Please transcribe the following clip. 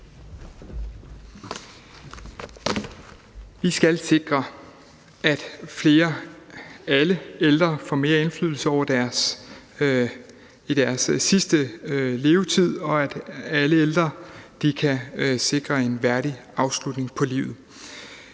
Vi skal sikre, at alle ældre får mere indflydelse på deres sidste levetid, og at alle ældre kan blive sikret en værdig afslutning på livet.